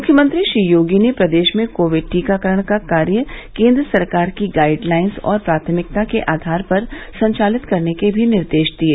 मुख्यमंत्री श्री योगी ने प्रदेश में कोविड टीकाकरण का कार्य केन्द्र सरकार की गाइड लाइंस और प्राथमिकता के आधार पर संचालित करने के भी निर्देश दिये